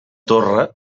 torre